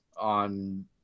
on